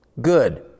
good